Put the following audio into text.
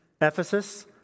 Ephesus